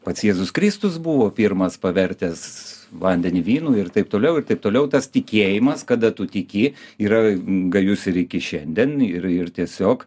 pats jėzus kristus buvo pirmas pavertęs vandenį vynu ir taip toliau ir taip toliau tas tikėjimas kada tu tiki yra gajus ir iki šiandien ir ir tiesiog